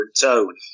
tone